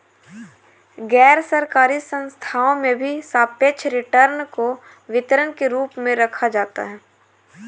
गैरसरकारी संस्थाओं में भी सापेक्ष रिटर्न को वितरण के रूप में रखा जाता है